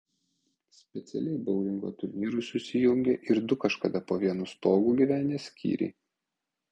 specialiai boulingo turnyrui susijungė ir du kažkada po vienu stogu gyvenę skyriai